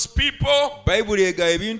people